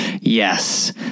Yes